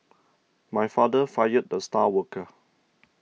my father fired the star worker